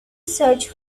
search